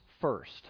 first